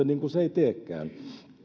niin kuin se ei teekään